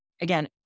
again